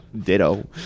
Ditto